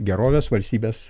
gerovės valstybės